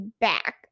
back